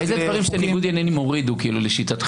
איזה דברים של ניגוד עניינים הורידו לשיטתך?